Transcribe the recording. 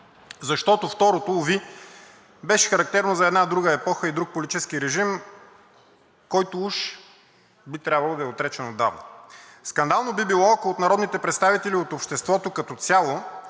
защото второто, уви, беше характерно за една друга епоха и друг политически режим, който уж би трябвало да е отречен отдавна. Скандално би било, ако от народните представители и от обществото като цяло,